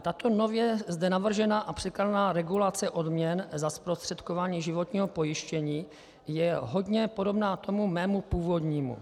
Tato nově zde navržená a předkládaná regulace odměn za zprostředkování odměn životního pojištění je hodně podobná tomu mému původnímu.